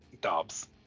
Dobbs